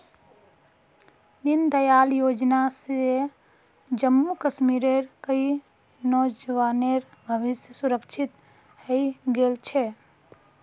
दीनदयाल योजना स जम्मू कश्मीरेर कई नौजवानेर भविष्य सुरक्षित हइ गेल छ